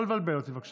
לא לבלבל אותי, בבקשה.